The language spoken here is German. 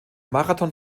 marathon